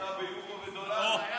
אתה ביורו ודולרים.